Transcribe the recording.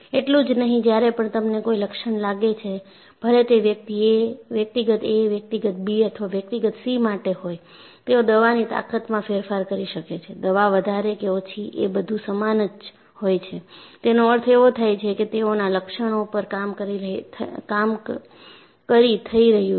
એટલું જ નહીં જ્યારે પણ તમને કોઈ લક્ષણ લાગે છે ભલે તે વ્યક્તિગત A વ્યક્તિગત B અથવા વ્યક્તિગત C માટે હોય તેઓ દવાની તાકતમાં ફેરફાર કરી શકે છે દવા વધારે કે ઓછી એ બધું સમાન જ હોય છે તેનો અર્થ એવો થાય છે કે તેઓના લક્ષણો પર કામ કરી થઇ રહ્યું છે